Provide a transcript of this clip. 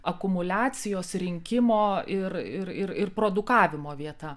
akumuliacijos rinkimo ir ir ir produkavimo vieta